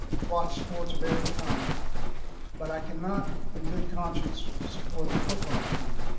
watch sports of every kind, um but i cannot in good conscience support the football team.